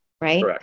right